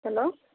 hello